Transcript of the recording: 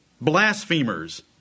blasphemers